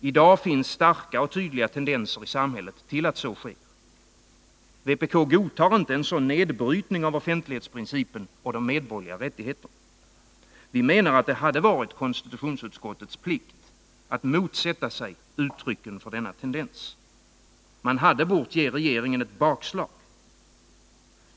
I dag finns starka och tydliga tendenser i samhället till att så sker. Vpk godtar inte en sådan nedbrytning av offentlighetsprincipen och de medborgerliga rättigheterna. Vi menar att det hade varit konstitutionsutskottets plikt att motsätta sig uttrycken för denna tendens. Man borde ha givit regeringen ett bakslag.